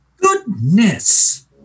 Goodness